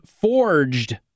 forged